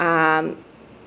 um